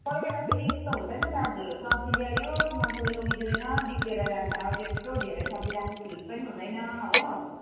कोही बेला फेरि यस्तो हुन्छ नि त दाजु सब्जी ल्यायो मान्छेले लगिदिँदैन बिग्रिएर जान्छ अब त्यत्रो धेरै सब्जी राख्ने फ्रिज पनि हुँदैन हो